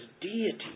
deity